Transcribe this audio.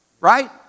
right